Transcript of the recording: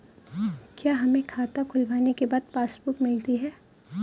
क्या हमें खाता खुलवाने के बाद पासबुक मिलती है?